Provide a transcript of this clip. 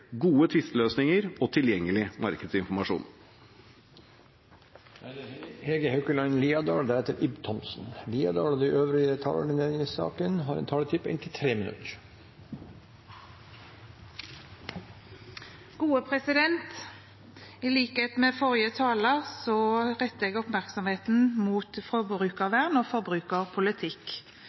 gode tvisteløsninger og tilgjengelig markedsinformasjon. De talerne som heretter får ordet, har en taletid på inntil 3 minutter. I likhet med forrige taler retter jeg oppmerksomheten mot